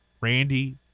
Randy